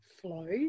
flow